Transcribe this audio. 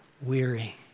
Weary